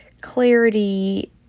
clarity